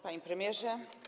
Panie Premierze!